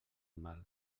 mal